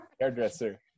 hairdresser